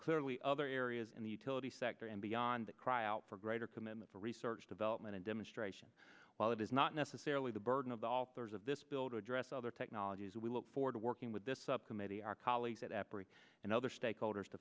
clearly other areas in the utility sector and beyond that cry out for greater commitment for research development and demonstration while it is not necessarily the burden of the authors of this bill to address other technologies and we look forward to working with this subcommittee our colleagues at africa and other stakeholders to